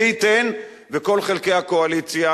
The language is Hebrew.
מי ייתן וכל חלקי הקואליציה